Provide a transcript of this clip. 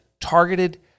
targeted